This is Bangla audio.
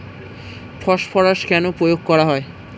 ফসফরাস কেন প্রয়োগ করা হয়?